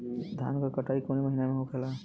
धान क कटाई कवने महीना में होखेला?